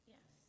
Yes